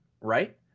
right